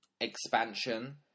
expansion